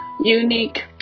unique